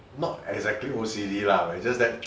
not exactly O_C_D lah it's just that